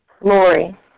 Lori